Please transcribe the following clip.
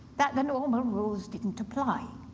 that the normal rules didn't apply.